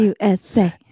USA